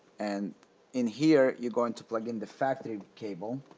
and in here you're going to plug in the factory cable